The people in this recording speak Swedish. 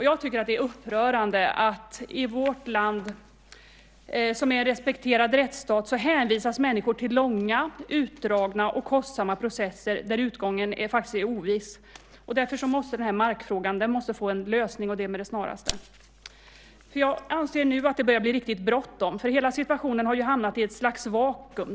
Jag tycker att det är upprörande att människor i vårt land, som är en respekterad rättsstat, hänvisas till långa, utdragna och kostsamma processer där utgången är oviss. Därför måste markfrågan få en lösning, och det med det snaraste. Jag anser att det nu börjar bli riktigt bråttom, för hela situationen har hamnat i ett slags vakuum.